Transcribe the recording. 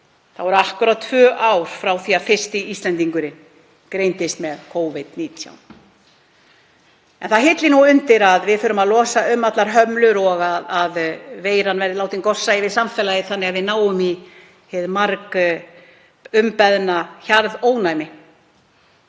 eru akkúrat tvö ár frá því að fyrsti Íslendingurinn greindist með Covid-19. Það hillir undir að við förum að losa um allar hömlur og veiran verði látin gossa yfir samfélagið þannig að við náum hinu margumbeðna hjarðónæmi.